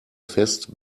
fest